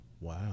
Wow